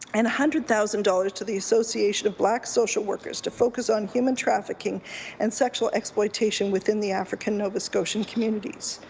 and a hundred thousand dollars to the association of black social workers to focus on human trafficking and sexual exploitation within the african-nova scotian communities.